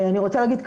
אני רוצה להגיד,